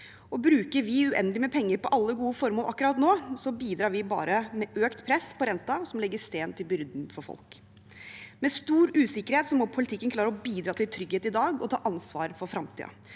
Bruker vi uendelig med penger på alle gode formål akkurat nå, bidrar vi bare med økt press på renten, noe som legger stein til byrden for folk. Med stor usikkerhet må politikken klare å bidra til trygghet i dag og ta ansvar for fremtiden.